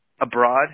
Abroad